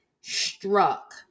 struck